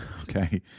Okay